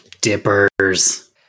dippers